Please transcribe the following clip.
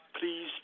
Please